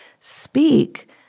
speak